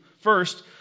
First